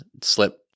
slip